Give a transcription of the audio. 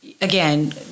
again